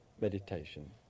meditation